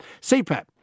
CPAP